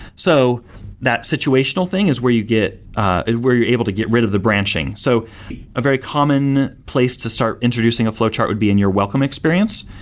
so that situational thing is where you get and where you're able to get rid of the branching. so a very common place to start introducing a flowchart would be in your welcome experience,